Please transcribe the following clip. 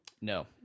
No